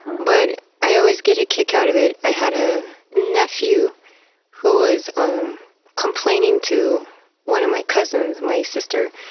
but i always get a kick out of it. i had a nephew who was um complaining to one of my cousins, my sister,